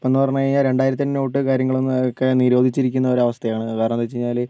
ഇപ്പോഴെന്ന് വെച്ചുകഴിഞ്ഞാൽ രണ്ടായിരത്തിൻ്റെ നോട്ട് കാര്യങ്ങളൊക്കെ നിരോധിച്ചിരിക്കുന്നു ഒരവസ്ഥയാണ് വേറെ എന്തെന്ന് വെച്ചുകഴിഞ്ഞാൽ